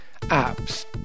apps